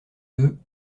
deux